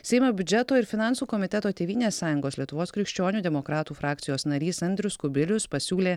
seimo biudžeto ir finansų komiteto tėvynės sąjungos lietuvos krikščionių demokratų frakcijos narys andrius kubilius pasiūlė